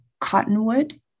cottonwood